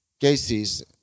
cases